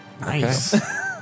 Nice